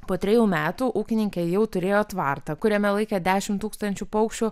po trejų metų ūkininkė jau turėjo tvartą kuriame laikė dešimt tūkstančių paukščių